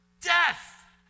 Death